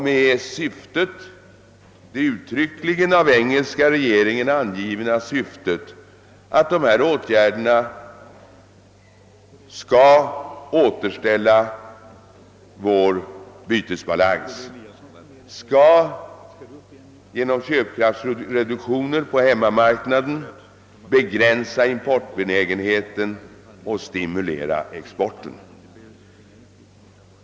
Det av engelska regeringen uttryckligen angivna syftet med dessa åtgärder var att de skulle återställa Englands bytesbalans. Man skulle genom köpkraftsreduktioner på hemmamarknaden begränsa importbenägenheten och stimulera exporten.